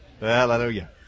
Hallelujah